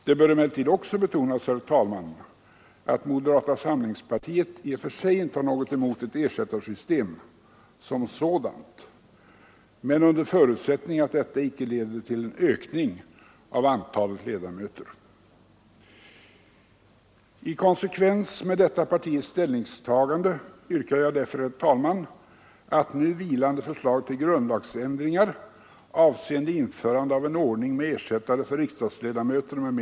Det bör emellertid också betonas, herr talman, att moderata samlingspartiet i och för sig inte har något emot ett ersättarsystem som sådant, dock under förutsättning att detta icke leder till en ökning av antalet ledamöter. I konsekvens med detta partiets ställningstagande yrkar jag därför, herr talman, att nu vilande förslag till grundlagsändringar avseende